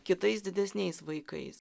kitais didesniais vaikais